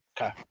Okay